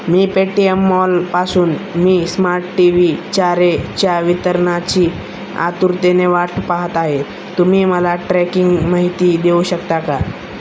मी Paytm मॉलपासून मी smart TV चार एच्या वितरणाची आतुरतेने वाट पाहत आहे तुम्ही मला ट्रॅकिंग माहिती देऊ शकता का